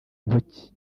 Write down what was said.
ntoki